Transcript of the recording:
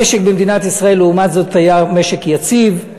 המשק במדינת ישראל, לעומת זאת, היה משק יציב,